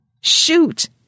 Shoot